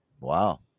wow